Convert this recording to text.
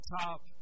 top